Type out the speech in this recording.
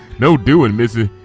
no doin' missy,